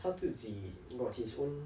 他自己 got his own